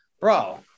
bro